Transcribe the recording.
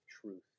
truth